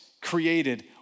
created